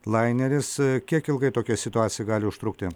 laineris kiek ilgai tokia situacija gali užtrukti